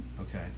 Okay